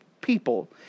people